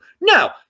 No